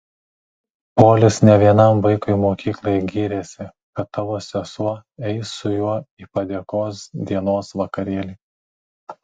polis ne vienam vaikui mokykloje gyrėsi kad tavo sesuo eis su juo į padėkos dienos vakarėlį